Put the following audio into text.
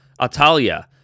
Atalia